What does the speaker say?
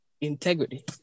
integrity